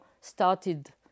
started